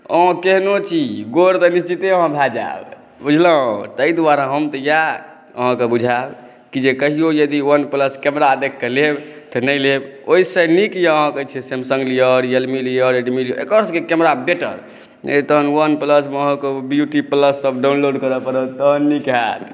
अहाँ केहनो छी गोर तऽ निश्चिते अहाँ भऽ जैब बुझलहुँ ताहि दुआरे हम इएह अहाँके बुझैब की कहिओ यदि वन प्लस कैमरा देखकऽ लेब तऽ नहि लेब ओहिसँ नीक अइ अहाँके अइ सैमसंग लिअ रियलमी लिअ रेडमी लिअ एकर सभके कैमरा बेटर नहि तहन वन प्लसमे ब्यूटी प्लससभ डाउनलोड करऽ पड़त तहन नीक हैत